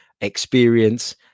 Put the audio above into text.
experience